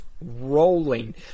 rolling